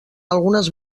algunes